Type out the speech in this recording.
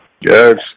Yes